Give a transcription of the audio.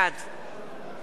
בעד גילה גמליאל,